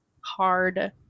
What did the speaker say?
hard